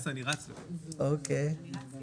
אני מציע